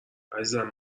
عزیزم